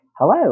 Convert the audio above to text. Hello